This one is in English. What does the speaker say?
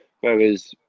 Whereas